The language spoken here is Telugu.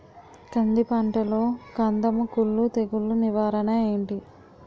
కంది పంటలో కందము కుల్లు తెగులు నివారణ ఏంటి?